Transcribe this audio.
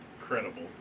incredible